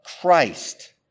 Christ